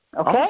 Okay